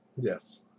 Yes